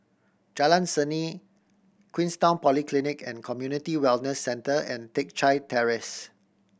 Jalan Seni Queenstown Polyclinic and Community Wellness Centre and Teck Chye Terrace